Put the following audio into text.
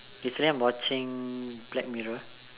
recently I'm watching black mirror